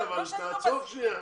תעצור שנייה.